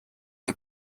the